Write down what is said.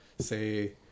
say